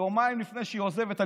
יומיים לפני שהיא עוזבת.